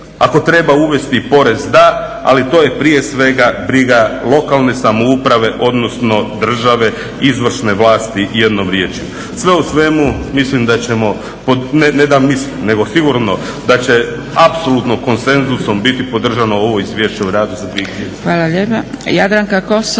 ako treba uvesti porez da ali to je prije svega briga lokalne samouprave odnosno države izvršne vlasti jednom riječju. Sve u svemu mislim da ćemo, ne da mislim nego sigurno da će apsolutno konsenzusom biti podržano ovo Izvješće o radu za …/Govornik se ne razumije./…